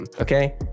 Okay